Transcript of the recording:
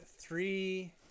Three